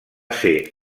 ser